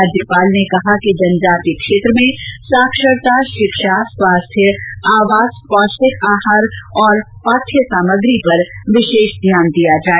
राज्यपाल ने कहा कि जनजाति क्षेत्र में साक्षरता शिक्षा स्वास्थ्य आवास पौष्टिक आहार और पाठ्य सामग्री पर विशेष ध्यान दिया जाए